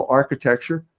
architecture